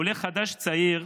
כעולה חדש צעיר,